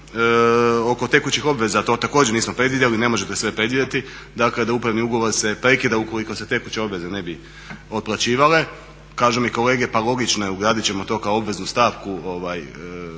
oko tekućih obveza, to također nismo predvidjeli jer ne možete predvidjeti da upravni ugovor se prekida ukoliko se tekuće obveze ne otplaćivale. Kažu mi kolege pa logično je ugradit ćemo to kao obveznu stavku